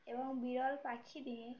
এবং বিরল পাখিদের